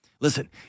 Listen